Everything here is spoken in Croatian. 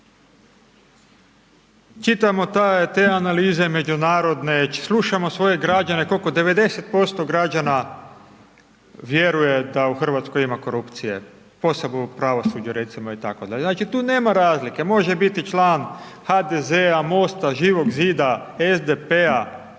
Čitamo te analize međunarodne, slušamo svoje građane, koliko, 90% građana vjeruje da u Hrvatskoj ima korupcije, posebno u pravosuđu recimo itd. Znači tu nema razlike, može biti član HDZ-a, MOST-a, Živog zida, SDP-a,